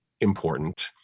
important